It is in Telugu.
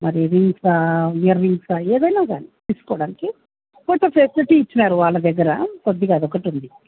మరి రింగ్స్ ఇయర్ రింగ్స్ ఏమన్న కానీ తీసుకోవడానికి ఫోటో ఫెసిలిటీ ఇచ్చినారు వాళ్ళ దగ్గర కొద్దిగా అది ఒకటి ఉంది